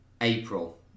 April